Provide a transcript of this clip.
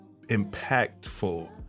Impactful